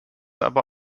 aber